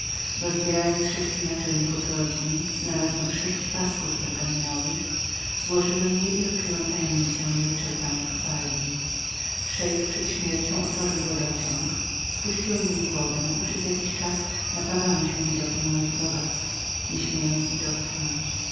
rozbierając sześciu naczelników rodzin znalazłem sześć pasków pargaminowych złożyłem je i tak odkryłem tajemnicę o niewyczerpanej kopalni szeik przed śmiercią otworzył był wodociąg spuściłem więc wodę i przez jakiś czas napawałem się widokiem moich bogactw nie śmiejąc ich dotknąć